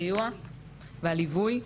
גם לחבר הכנסת טור פז על הסיוע והליווי,